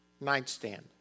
nightstand